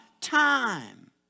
time